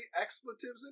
expletives